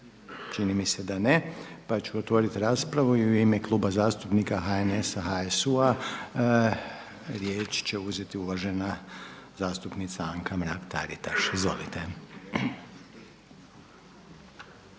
Čini mi se da ne pa ću otvoriti raspravu i u ime Kluba zastupnika HNS-a, HSU-a riječ će uzeti uvažena zastupnica Anka Mrak Taritaš. Izvolite.